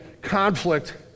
conflict